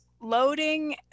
loading